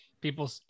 people